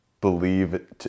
believe